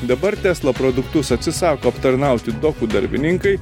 dabar tesla produktus atsisako aptarnauti dokų darbininkai